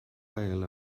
wael